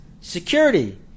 security